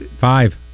five